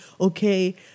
okay